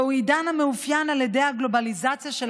זהו עידן המתאפיין על ידי הגלובליזציה של